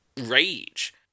rage